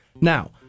Now